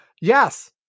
yes